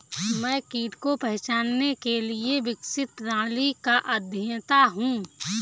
मैं कीट को पहचानने के लिए विकसित प्रणाली का अध्येता हूँ